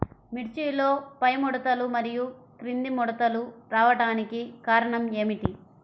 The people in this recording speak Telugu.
మిర్చిలో పైముడతలు మరియు క్రింది ముడతలు రావడానికి కారణం ఏమిటి?